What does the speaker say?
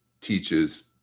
teaches